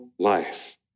Life